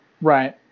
Right